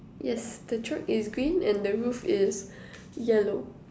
yes the truck is green and the roof is yellow